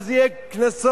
אז יהיה קנסות.